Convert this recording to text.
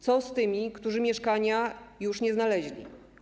Co z tymi, którzy mieszkania już nie znaleźli?